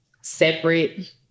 separate